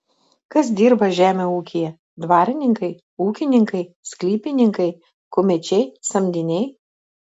kas dirba žemę ūkyje dvarininkai ūkininkai sklypininkai kumečiai samdiniai